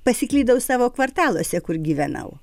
pasiklydau savo kvartaluose kur gyvenau